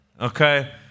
Okay